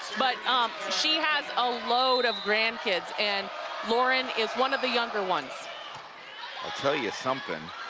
but she has a load of grandkids and lauren is one of the youngerones. i tell you something,